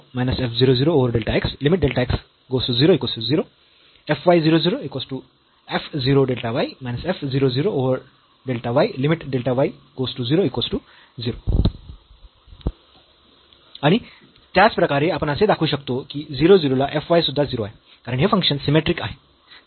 आणि त्याचप्रकारे आपण असे दाखवू शकतो की 0 0 ला f y सुध्दा 0 आहे कारण हे फंक्शन सिमेट्रिक आहे